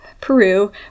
Peru